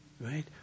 right